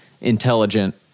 intelligent